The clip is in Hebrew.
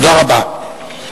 תודה רבה.